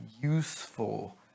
useful